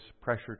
pressure